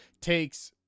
takes